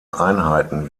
einheiten